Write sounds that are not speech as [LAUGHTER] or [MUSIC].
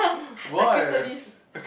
[LAUGHS] the chrysalis